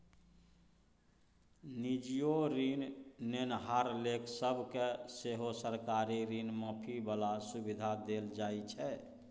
निजीयो ऋण नेनहार लोक सब केँ सेहो सरकारी ऋण माफी बला सुविधा देल जाइ छै